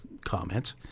comments